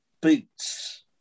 boots